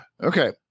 Okay